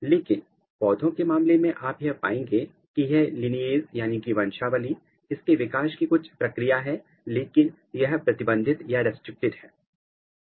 लेकिन पौधों के मामले में आप यह पाएंगे की यहां लीनिएज वंशावली इसके विकास की कुछ प्रक्रिया है लेकिन यह प्रतिबंधित है